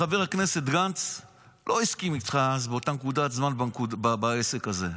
כמדומני חבר הכנסת גנץ לא הסכים איתך אז באותה נקודת זמן בעסק הזה.